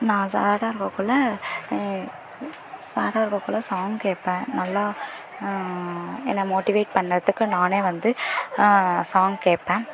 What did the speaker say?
நான் சேடாக இருக்க குள்ளே சேடாக இருக்க குள்ளே சாங் கேட்பேன் நல்லா என்ன மோட்டிவேட் பண்ணுறதுக்கு நானே வந்து சாங் கேட்பேன்